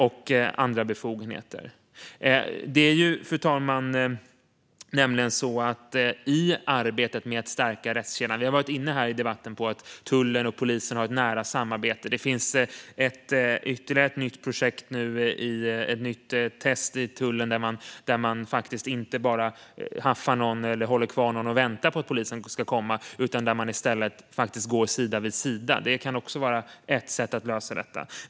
Utvidgad förunder-sökningsrätt för Tullverket I arbetet med att stärka rättskedjan har tullen och polisen ett nära samarbete; det har vi varit inne på i denna debatt. Det finns nu ytterligare ett nytt projekt inom tullen, ett test, där man inte bara haffar någon eller håller kvar någon och väntar på att polisen ska komma utan i stället går sida vid sida. Det kan också vara ett sätt att lösa detta.